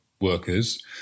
workers